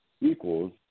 equals